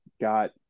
got